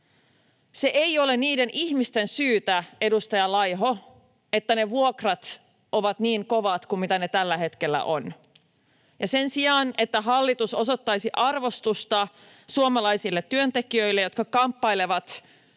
Se ei ole niiden ihmisten syytä, edustaja Laiho, että ne vuokrat ovat niin kovat kuin mitä ne tällä hetkellä ovat. Ja sen sijaan, että hallitus osoittaisi arvostusta suomalaisille työntekijöille, jotka kamppailevat